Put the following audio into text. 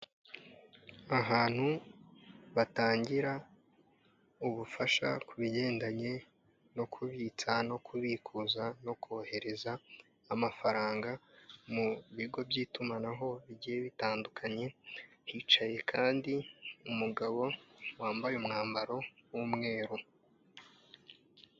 Ahantu batangira ubufasha ku bigendanye no kubitsa no kubikuza no kohereza amafaranga mu bigo by'itumanaho bigiye bitandukanye, hicaye kandi umugabo, wambaye umwambaro w'umweru.